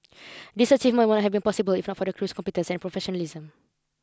These achievements would not have possible if not for the crew's competence and professionalism